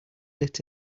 lit